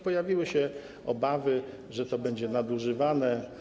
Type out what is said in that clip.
Pojawiły się obawy, że to będzie nadużywane.